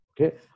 Okay